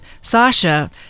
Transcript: Sasha